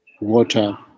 water